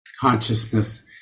consciousness